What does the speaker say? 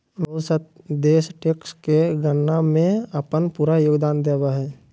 बहुत सा देश टैक्स के गणना में अपन पूरा योगदान देब हइ